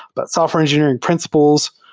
but software engineering principles,